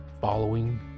following